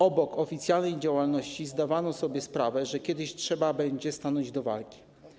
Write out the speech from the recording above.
Obok oficjalnej działalności zdawano sobie sprawę, że kiedyś trzeba będzie stanąć do walki.